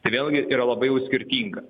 tai vėlgi yra labai jau skirtinga